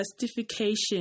justification